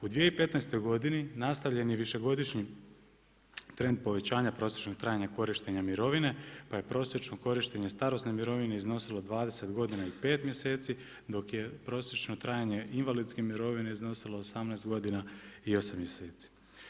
U 2015. godini nastavljen je višegodišnji trend povećanja prosječnog trajanja korištenja mirovine, pa je prosječno korištenje starosno mirovine iznosilo 20 godina i 5 mjeseci, dok je prosječno trajanje invalidske mirovine iznosilo, 18 godina i 8 mjeseci.